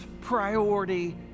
priority